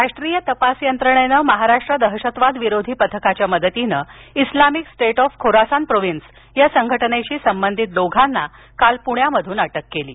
अटक पणे राष्ट्रीय तपास यंत्रणेन महाराष्ट्र दहशतवाद विरोधी पथकाच्या मदतीने Islamic State of Khorasan province या संघटनेशी संबंधित दोघांना काल पुण्यातून अटक केली आहे